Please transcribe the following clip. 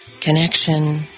connection